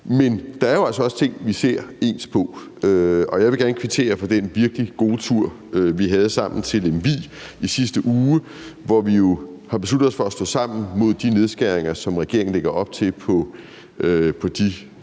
Men der er jo altså også ting, vi ser ens på, og jeg vil gerne takke for den virkelig gode tur, vi havde sammen til Lemvig i sidste uge, hvor vi jo besluttede os for at stå sammen mod de nedskæringer, som regeringen lægger op til på de